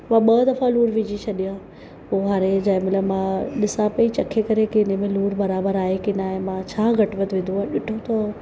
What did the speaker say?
मां ॿ दफ़ा लूणु विझी छॾिया पोइ हाणे जंहिं महिल मां ॾिसां पेई चखे करे की हिन में लूणु बराबरि आहे की न आहे मां छा घटि वधि विधो आहे ॾिठो अथव